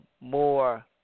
more